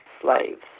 slaves